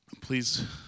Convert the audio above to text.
Please